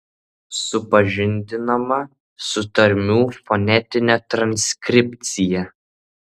supažindinama su tarmių fonetine transkripcija